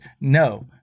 No